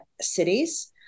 cities